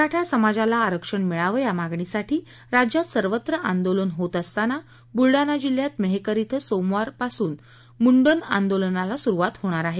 मराठा समाजाला आरक्षण मिळावं या मागणीसाठी राज्यात सर्वत्र आंदोलन होत असतांना बुलडाणा जिल्ह्यात मेहकर इथं सोमवार उद्यापासून मुंडन आंदोलनाला सुरुवात होणार आहे